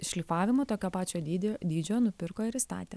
šlifavimo tokio pačio dydį dydžio nupirko ir įstatė